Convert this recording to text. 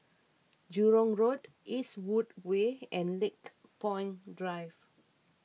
Jurong Road Eastwood Way and Lakepoint Drive